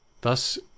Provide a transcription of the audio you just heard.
Thus